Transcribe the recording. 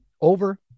over